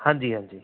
ਹਾਂਜੀ ਹਾਂਜੀ